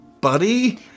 Buddy